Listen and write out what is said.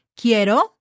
Quiero